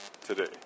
today